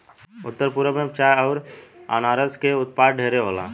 उत्तर पूरब भारत में चाय अउर अनारस के उत्पाद ढेरे होला